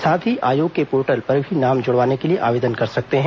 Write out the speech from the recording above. साथ ही आयोग के पोर्टल पर भी नाम जुड़वाने के लिए आवेदन कर सकते हैं